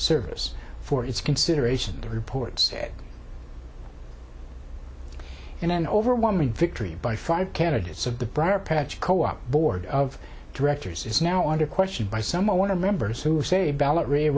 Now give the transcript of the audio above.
service for its consideration the report said in an overwhelming victory by five candidates of the briarpatch co op board of directors is now under question by some i want to members who say ballot r